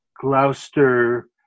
Gloucester